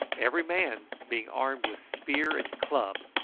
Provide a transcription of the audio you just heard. every man being armed with spear and club,